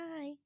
Hi